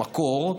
במקור,